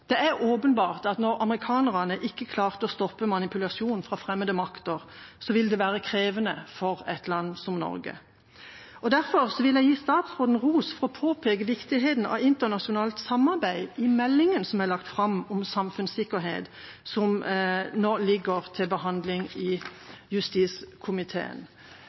Det er åpenbart at når amerikanerne ikke klarte å stoppe manipulasjonen fra fremmede makter, så vil det være krevende for et land som Norge. Derfor vil jeg gi statsråden ros for å påpeke viktigheten av internasjonalt samarbeid i meldinga som er lagt fram om samfunnssikkerhet, og som nå ligger til behandling i justiskomiteen.